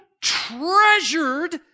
treasured